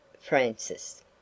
Francis